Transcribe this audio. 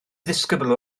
ddisgybl